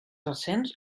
recents